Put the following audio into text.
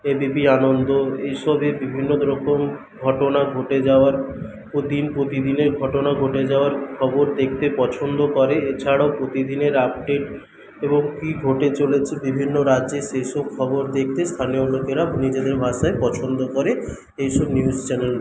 ABP Ananda এইসবই বিভিন্ন রকম ঘটনা ঘটে যাওয়ার প্রতি প্রতিদিনের ঘটনা ঘটে যাওয়ার খবর দেখতে পছন্দ করে এছাড়াও প্রতিদিনের আপডেট এবং কি ঘটে চলেছে বিভিন্ন রাজ্যে সেসব খবর দেখতে স্থানীয় লোকেরা নিজেদের ভাষায় পছন্দ করে এইসব নিউজ চ্যানেলগুলি